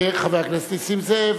חבר הכנסת נסים זאב.